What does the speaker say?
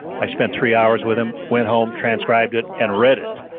i spent three hours with him, went home, transcribed it, and read it.